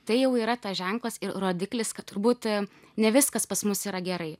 tai jau yra tas ženklas ir rodiklis kad turbūt ne viskas pas mus yra gerai